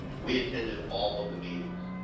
we attended all of the meetings.